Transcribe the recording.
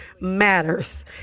matters